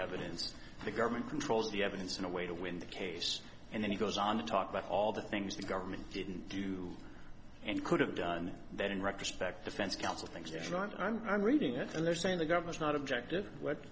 evidence the government controls the evidence in a way to win the case and then he goes on to talk about all the things the government didn't do and could have done that in retrospect defense counsel things different i'm i'm reading it and they're saying the government's not objective what